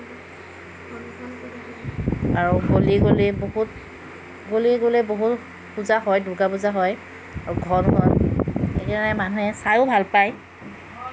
আৰু গলিয়ে গলিয়ে বহুত গলিয়ে গলিয়ে বহুত পূজা হয় দুৰ্গা পূজা হয় সেইকাৰণে মানুহে চাইও ভাল পায়